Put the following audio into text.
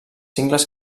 cingles